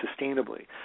sustainably